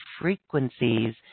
frequencies